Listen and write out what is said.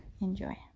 Enjoy